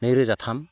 नैरोजा थाम